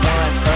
one